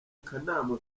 akanama